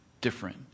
different